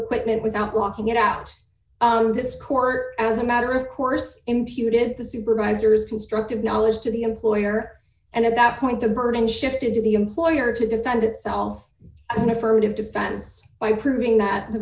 equipment without locking it out this court as a matter of course imputed the supervisor's constructive knowledge to the employer and at that point the burden shifted to the employer to defend itself as an affirmative defense by proving that the